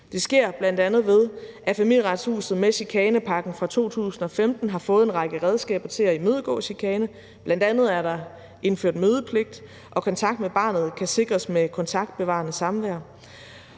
Det sker, bl.a. ved at Familieretshuset med chikanepakken fra 2015 har fået en række redskaber til at imødegå chikane. Bl.a. er der indført mødepligt, og kontakt med barnet kan sikres med kontaktbevarende samvær,